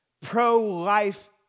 pro-life